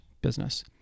business